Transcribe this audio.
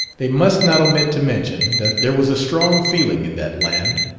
they must not omit to mention that there was a strong feeling in that land,